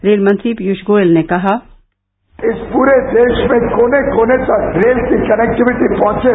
rail मंत्री पीयूष गोयल ने कहा इस प्ररे देश में कोने कोने तक रेल की कनेक्टवीटी पहंचे